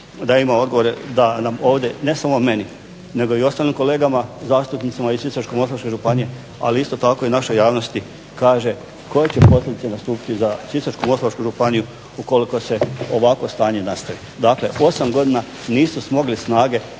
da ima odgovore da nam ovdje, ne samo meni nego i ostalim kolegama zastupnicima iz Sisačko-moslavačke županije ali isto tako i našoj javnosti kaže koje će posljedice nastupiti za Sisačko-moslavačku županiju ukoliko se ovako stanje nastavi? Dakle, 8 godina nisu smogli snage